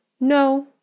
No